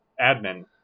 admin